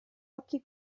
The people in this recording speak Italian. occhi